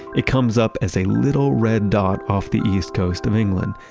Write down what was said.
it comes up as a little red dot off the east coast of england.